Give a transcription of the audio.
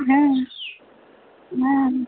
हुँ हुँ